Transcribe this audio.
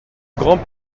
grand